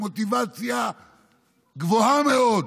עם מוטיבציה גבוהה מאוד.